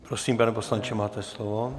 Prosím, pane poslanče, máte slovo.